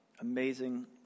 amazing